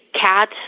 cat